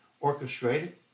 orchestrated